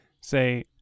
Say